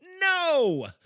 no